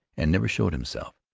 and never showed himself.